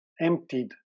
emptied